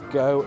go